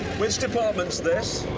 which department's this?